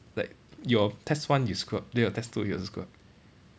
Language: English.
like your test one you screw up then your test two you also screw up